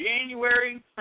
January